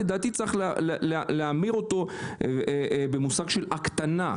לדעתי צריך להמיר אותו במושג של הקטנה.